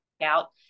out